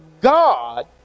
God